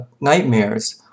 nightmares